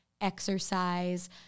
exercise